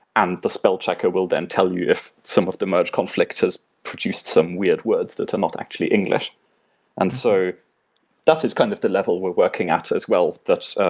and the spellchecker will then tell you if some of the merged conflict has produced some weird words that they're not actually english and so that is kind of the level we're working at as well.